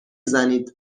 زنید